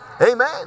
Amen